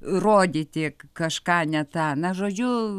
rodyti kažką ne tą na žodžiu